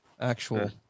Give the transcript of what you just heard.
actual